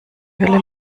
hölle